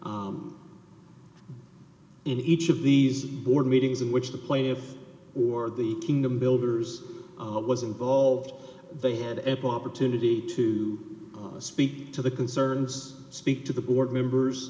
made in each of these board meetings in which the plaintiff or the kingdom builders what was involved they had ample opportunity to speak to the concerns speak to the board members